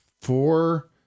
Four